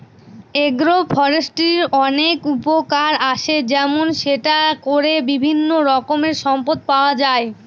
আগ্র ফরেষ্ট্রীর অনেক উপকার আসে যেমন সেটা করে বিভিন্ন রকমের সম্পদ পাওয়া যায়